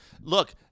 look